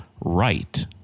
right